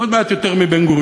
עוד מעט יותר מבן-גוריון.